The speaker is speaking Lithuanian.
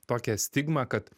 tokią stigmą kad